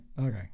Okay